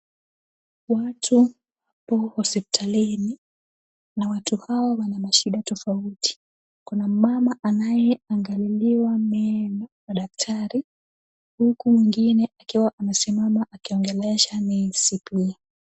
Watu wako hospitalini na watu hao wana mashida tofauti. Kuna mama anayeangaliliwa meno na daktari huku mwingine akiwa amesimama akiongelesha nesi pia.